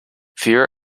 fear